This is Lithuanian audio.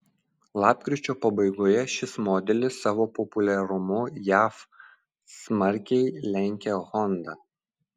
lapkričio pabaigoje šis modelis savo populiarumu jav smarkiai lenkė honda